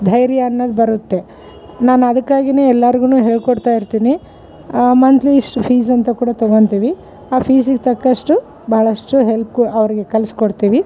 ಧೈರ್ಯ ಅನ್ನೋದು ಬರುತ್ತೆ ನಾನು ಅದಕ್ಕಾಗಿ ಎಲ್ಲರ್ಗು ಹೇಳಿಕೊಡ್ತಾ ಇರ್ತೀನಿ ಮಂತ್ಲಿ ಇಷ್ಟು ಫೀಸ್ ಅಂತ ಕೂಡ ತಗೋತೀವಿ ಆ ಫೀಸಿಗೆ ತಕ್ಕಷ್ಟು ಬಹಳಷ್ಟು ಹೆಲ್ಪ್ ಕು ಅವರಿಗೆ ಕಲಿಸ್ಕೊಡ್ತೀವಿ